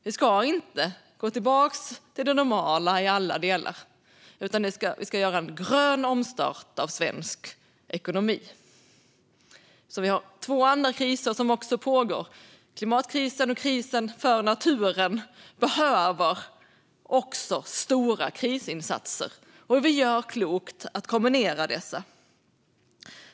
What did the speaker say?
Vi ska inte gå tillbaka till det normala i alla delar, utan vi ska göra en grön omstart av svensk ekonomi. Vi har två andra kriser som också pågår. Klimatkrisen och krisen för naturen behöver också stora krisinsatser. Och vi gör klokt i att kombinera dem.